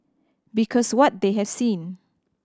because what they have seen